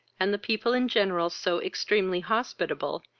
and the people in general so extremely hospitable,